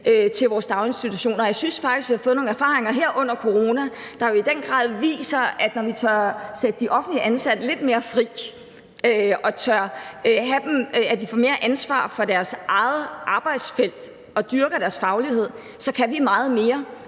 og vores daginstitutioner. Jeg synes faktisk, vi har fået nogle erfaringer her under corona, der jo i den grad viser, at når vi tør sætte de offentligt ansatte lidt mere fri, så de får mere ansvar for deres eget arbejdsfelt og dyrker deres faglighed, kan vi meget mere.